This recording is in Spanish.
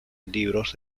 libros